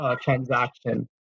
transaction